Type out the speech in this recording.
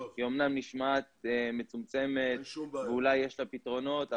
היא אמנם נשמעת מצומצמת ואולי יש לה פתרונות,